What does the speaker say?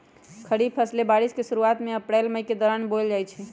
खरीफ फसलें बारिश के शुरूवात में अप्रैल मई के दौरान बोयल जाई छई